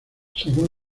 según